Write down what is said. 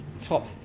top